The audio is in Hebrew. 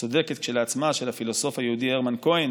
הצודקת כשלעצמה, של הפילוסוף היהודי הרמן כהן